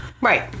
Right